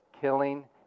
killing